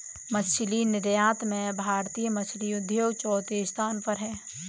मछली निर्यात में भारतीय मछली उद्योग चौथे स्थान पर है